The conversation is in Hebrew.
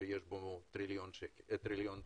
שיש בו טריליון דולר.